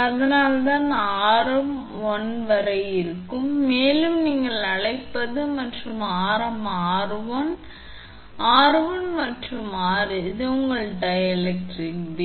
அதனால் அது ஆரம் to1 வரை இருக்கும் மேலும் நீங்கள் அழைப்பது மற்றும் ஆரம் 𝑟1 மற்றும் r எனவே 𝑟1 மற்றும் R இது உங்கள் டைஎலெக்ட்ரிக் B